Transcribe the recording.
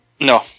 No